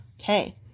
Okay